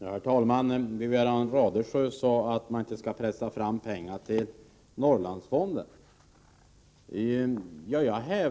Herr talman! Wivi-Anne Radesjö sade att vi skall pressa fram pengar till Norrlandsfonden.